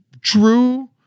true